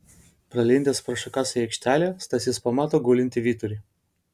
pralindęs pro šakas į aikštelę stasys pamato gulintį vyturį